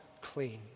clean